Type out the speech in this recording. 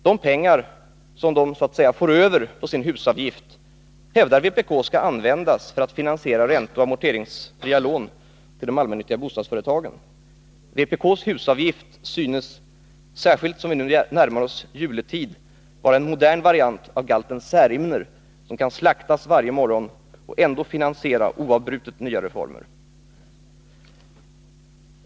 De pengar som vpk så att säga får över på sin husavgift hävdar de skall användas för att finansiera ränteoch amorteringsfria lån till de allmännyttiga bostadsföretagen. Vpk:s husavgift synes, särskilt som vi närmar oss juletid, vara en modern variant av galten Särimner, som kan slaktas varje morgon och ändå oavbrutet finansiera nya reformer.